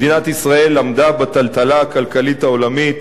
מדינת ישראל עמדה בטלטלה הכלכלית העולמית